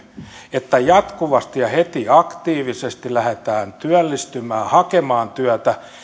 että jatkuvasti ja heti aktiivisesti lähdetään työllistymään hakemaan työtä